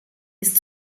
ist